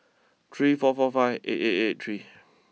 three four four five eight eight eight three